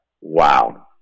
Wow